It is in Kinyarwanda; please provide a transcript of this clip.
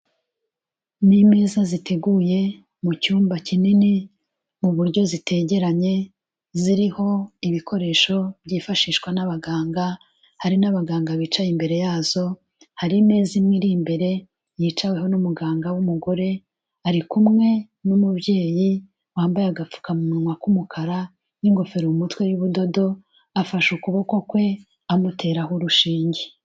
Ni imeza ziteguye mu cyumba kinini mu buryo zitegeranye, ziriho ibikoresho byifashishwa n'abaganga, hari n'abaganga bicaye imbere yazo, hari imeza imwe iri imbere yicaweho n'umuganga w'umugore, ari kumwe n'umubyeyi wambaye agapfukamunwa k'umukara n'ingofero mu mutwe y'ubudodo, afashe ukuboko kwe amuteraho urushinge.